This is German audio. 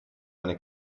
eine